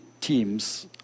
teams